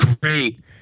great